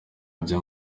ajya